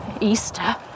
Easter